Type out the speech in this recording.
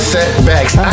Setbacks